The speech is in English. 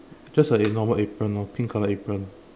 just a in normal apron orh pink colour apron